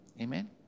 Amen